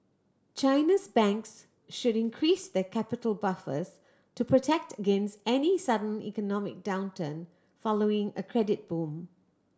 China's banks should increase their capital buffers to protect against any sudden economic downturn following a credit boom